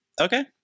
Okay